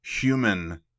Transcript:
human